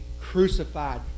crucified